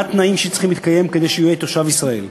מה התנאים שצריכים להתקיים כדי שיהיה תושב ישראל,